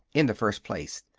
in the first place,